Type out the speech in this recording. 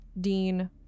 Dean